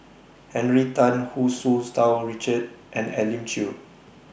Henry Tan Hu Tsu Tau Richard and Elim Chew